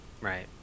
right